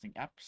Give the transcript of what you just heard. apps